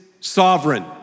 sovereign